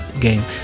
game